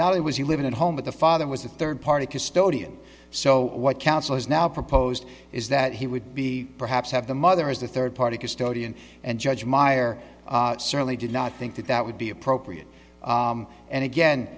he was he living at home but the father was a third party custodian so what counsel has now proposed is that he would be perhaps have the mother is the third party custodian and judge meyer certainly did not think that that would be appropriate and again